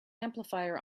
amplifier